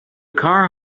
car